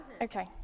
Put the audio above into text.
Okay